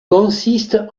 consiste